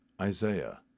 Isaiah